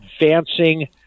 advancing